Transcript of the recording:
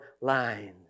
lines